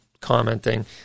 commenting